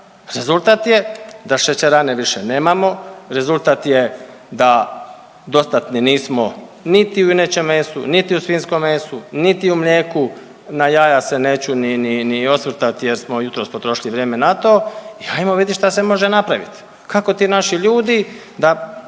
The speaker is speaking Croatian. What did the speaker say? Rezultat je da šećerane više nemamo, rezultat je da dostatni nismo niti u junećem mesu, niti u svinjskom mesu, niti u mlijeku, na jaja se neću ni, ni osvrtati jer smo jutros potrošili vrijeme na to. I ajmo vidit šta se može napraviti. Kako ti naši ljudi da